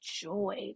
joy